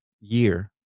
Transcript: year